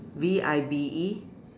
V I B E